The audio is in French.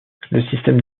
système